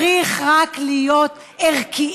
צריך רק להיות ערכיים,